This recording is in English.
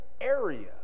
area